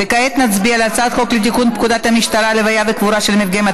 אני קובעת כי הצעת חוק לתיקון פקודת המשטרה (לוויה וקבורה של מפגעים),